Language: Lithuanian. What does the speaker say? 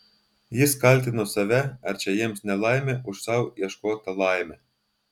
jis kaltino save ar čia jiems nelaimė už sau ieškotą laimę